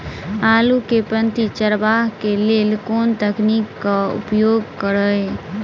आलु केँ पांति चरावह केँ लेल केँ तकनीक केँ उपयोग करऽ?